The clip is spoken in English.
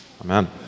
amen